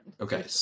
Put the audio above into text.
Okay